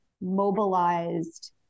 mobilized